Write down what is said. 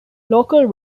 local